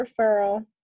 referral